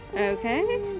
Okay